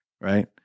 right